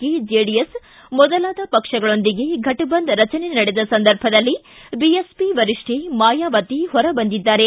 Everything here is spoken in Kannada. ಕೆ ಜೆಡಿಎಸ್ ಮೊದಲಾದ ಪಕ್ಷಗಳೊಂದಿಗೆ ಫಿಟ್ಬಂದ್ ರಚನೆ ನಡೆದ ಸಂದರ್ಭದಲ್ಲಿ ಬಿಎಸ್ಪಿ ಮಾಯಾವತಿ ಹೊರ ಬಂದಿದ್ದಾರೆ